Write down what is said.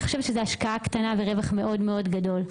אני חושבת שזאת השקעה קטנה ורווח מאוד מאוד גדול.